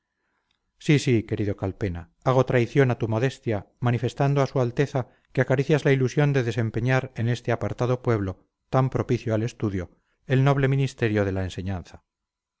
sí sí querido calpena hago traición a tu modestia manifestando a su alteza que acaricias la ilusión de desempeñar en este apartado pueblo tan propicio al estudio el noble ministerio de la enseñanza